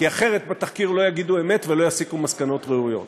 כי אחרת בתחקיר לא יגידו אמת ולא יסיקו מסקנות ראויות.